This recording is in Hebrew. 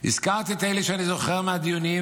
הזכרתי את אלו שאני זוכר מהדיונים,